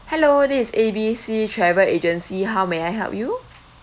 hello this is A B C travel agency how may I help you